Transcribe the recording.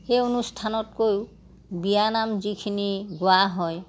সেই অনুষ্ঠানতকৈও বিয়ানাম যিখিনি গোৱা হয়